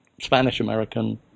Spanish-American